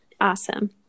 awesome